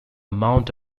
amount